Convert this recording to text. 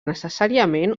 necessàriament